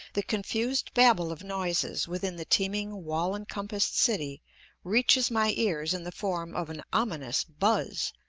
the confused babel of noises within the teeming wall-encompassed city reaches my ears in the form of an ominous buzz,